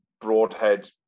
Broadhead